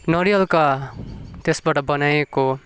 नरिवालका त्यसबाट बनाएको